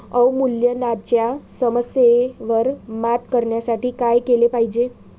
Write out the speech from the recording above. अवमूल्यनाच्या समस्येवर मात करण्यासाठी काय केले पाहिजे?